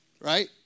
right